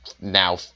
now